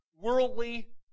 worldly